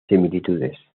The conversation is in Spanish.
similitudes